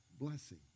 blessing